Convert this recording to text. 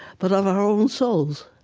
but of our own selves.